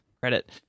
credit